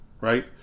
right